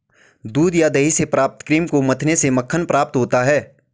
दूध या दही से प्राप्त क्रीम को मथने से मक्खन प्राप्त होता है?